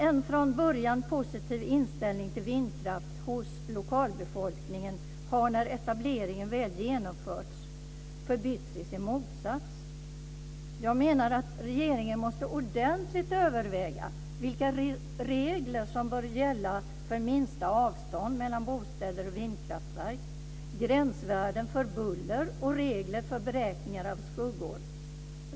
En från början positiv inställning till vindkraft hos lokalbefolkningen har när etableringen väl genomförts förbytts i sin motsats. Jag menar att regeringen måste ordentligt överväga vilka regler som bör gälla för minsta avstånd mellan bostäder och vindkraftverk, gränsvärden för buller och regler för beräkningar av skuggor.